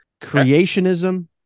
Creationism